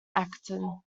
acton